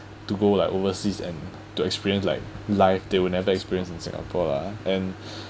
to go like overseas and to experience like life they will never experience in singapore lah and